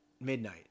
midnight